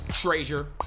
Treasure